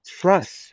trust